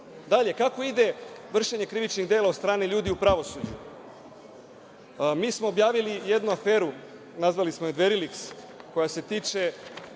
tome? Dalje, kako ide vršenje krivičnih dela od strane ljudi u pravosuđu? Objavili smo jednu aferu, nazvali smo je „Dveriliks“, koja se tiče